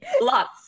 Lots